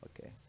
Okay